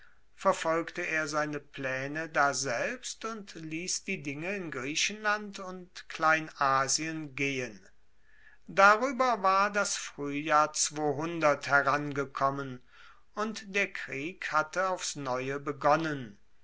verfolgte er seine plaene daselbst und liess die dinge in griechenland und kleinasien gehen darueber war das fruehjahr herangekommen und der krieg hatte aufs neue begonnen